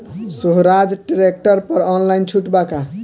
सोहराज tractor पर online छूट बा का?